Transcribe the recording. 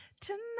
Tonight